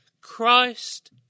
Christ